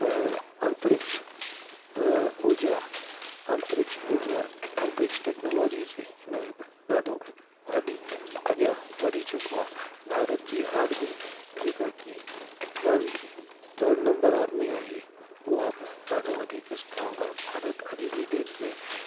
अंतरिक्ष ऊर्जा अंतरिक्ष ऊर्जा अंतरिक्ष टैक्नोलॉजी जे हिन ॾाढो वधीक अॻियां वधी चुको आहे भारत जी अॼु बि जेका कि व्ल्ड जी थड नंबर आर्मी आहे उहा बि ॾाढो वधीक स्ट्रॉन्ग आहे भारत अॼु जी डेट में